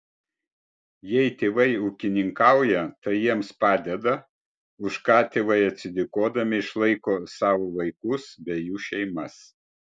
jei tėvai ūkininkauja tai jiems padeda už ką tėvai atsidėkodami išlaiko savo vaikus bei jų šeimas